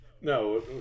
No